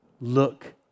Look